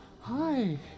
hi